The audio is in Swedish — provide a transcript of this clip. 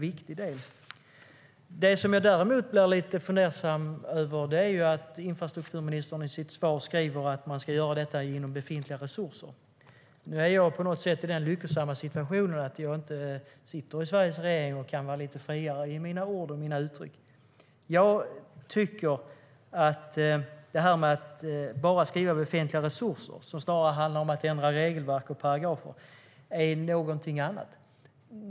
Det som jag däremot blir lite fundersam över är att infrastrukturministern i sitt svar skriver att man ska göra detta inom befintliga resurser. Nu är jag i den lyckosamma situationen att jag inte sitter i Sveriges regering och därför kan vara lite friare i mina ord och mina uttryck. Att man skriver att detta ska göras inom befintliga resurser, som snarare handlar om att ändra regelverk och paragrafer, tycker jag är någonting annat.